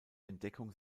entdeckung